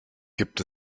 gibt